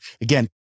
again